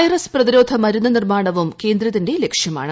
virus പ്രതിരോധ മരുന്ന് നിർമ്മാണവും കേന്ദ്രത്തിന്റെ ലക്ഷ്യമാണ്